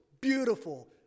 beautiful